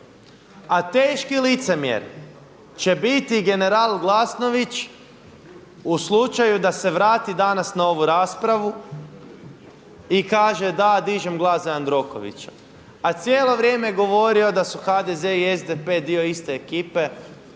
A teški licemjer će biti general Glasnović u slučaju da se vrati danas na ovu raspravu i kaže da dižem glas za Jandrokovića a cijelo vrijeme je govorio da su HDZ i SDP dio iste ekipe,